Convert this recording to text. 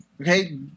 okay